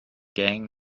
gang